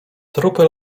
trupy